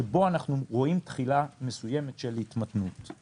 שבו אנחנו רואים התחלה מסוימת של התמתנות.